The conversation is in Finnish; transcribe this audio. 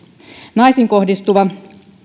naisiin kohdistuvan